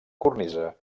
cornisa